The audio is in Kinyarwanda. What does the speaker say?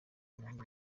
nanjye